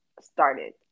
started